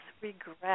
regret